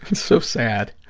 so sad.